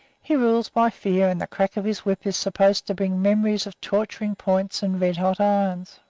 he rules by fear, and the crack of his whip is supposed to bring memories of torturing points and red-hot irons.